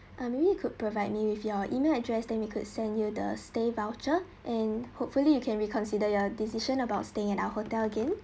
ah maybe you could provide me with your email address then we could send you the stay voucher and hopefully you can reconsider your decision about staying at our hotel again